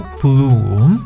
bloom